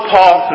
Paul